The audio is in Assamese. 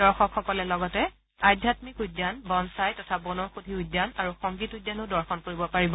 দৰ্শকসকলে লগতে আধ্যামিক উদ্যান বনছাই তথা বনৌষধি উদ্যান আৰু সংগীত উদ্যানো দৰ্শন কৰিব পাৰিব